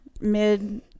mid